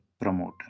promoter